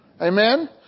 Amen